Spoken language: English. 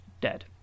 dead